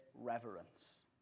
reverence